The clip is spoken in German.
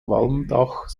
walmdach